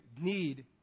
need